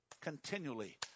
continually